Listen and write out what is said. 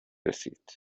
رسید